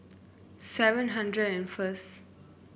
seven hundred and first